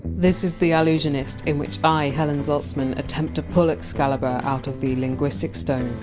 this is the allusionist, in which i, helen zaltzman, attempt to pull excalibur out of the linguistic stone.